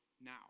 now